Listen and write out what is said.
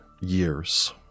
years